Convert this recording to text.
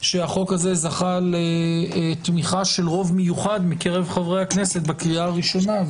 שהחוק הזה זכה לתמיכת רוב מיוחד מקרב מחברי הכנסת בקריאה הראשונה.